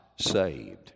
saved